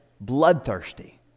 bloodthirsty